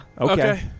Okay